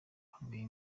amabanga